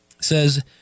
says